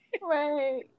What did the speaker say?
Right